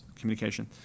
communication